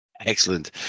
Excellent